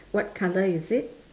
what colour is it